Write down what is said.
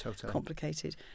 complicated